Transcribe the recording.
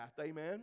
amen